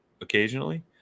occasionally